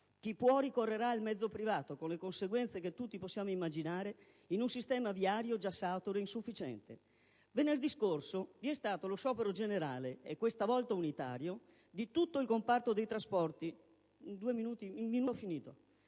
chi può ricorrerà al mezzo privato, con le conseguenze che tutti possiamo immaginare in un sistema viario già saturo e insufficiente. Venerdì scorso vi è stato lo sciopero generale - questa volta unitario - di tutto il comparto dei trasporti